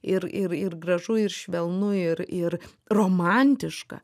ir ir ir gražu ir švelnu ir ir romantiška